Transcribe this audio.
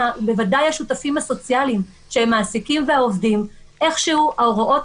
בוודאי השותפים הסוציאליים שהם המעסיקים והעובדים איכשהו ההוראות